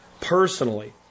personally